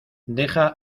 deja